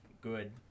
good